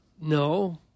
No